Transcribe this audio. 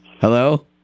Hello